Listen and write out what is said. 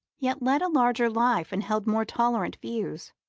yet led a larger life and held more tolerant views.